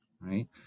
right